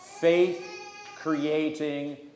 Faith-creating